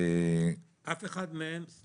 זה